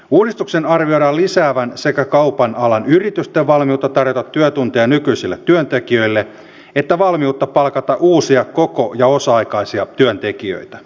uudistuksen arvioidaan lisäävän sekä kaupan alan yritysten valmiutta tarjota työtunteja nykyisille työntekijöille että valmiutta palkata uusia koko ja osa aikaisia työntekijöitä